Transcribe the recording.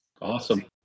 Awesome